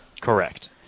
Correct